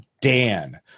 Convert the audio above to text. Dan